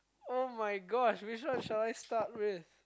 [oh]-my-gosh which one shall I start with